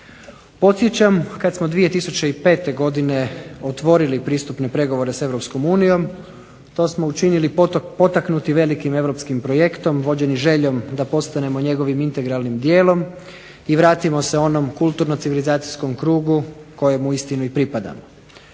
Podsjećam kada smo 2005. godine otvorili pristupne pregovore s Europskom unijom to smo učinili potaknuti velikim europskim projektom vođeni željom da postanemo njegovim integralnim dijelom i vratimo se onom kulturno civilizacijskom krugu kojem zaista i pripadamo.